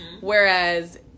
Whereas